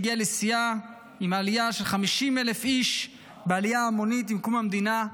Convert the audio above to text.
והגיעה לשיאה עם עליית 50,000 איש בעלייה ההמונית עם קום המדינה,